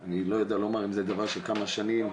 אני לא יודע לומר אם זה דבר של כמה שנים,